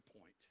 point